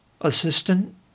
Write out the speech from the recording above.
assistant